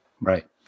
Right